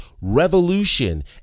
revolution